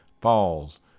falls